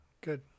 Good